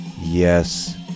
Yes